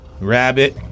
Rabbit